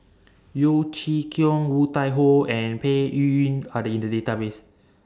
Yeo Chee Kiong Woon Tai Ho and Peng Yuyun Are The in The Database